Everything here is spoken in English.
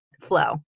flow